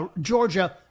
Georgia